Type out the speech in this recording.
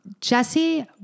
Jesse